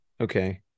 Okay